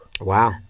Wow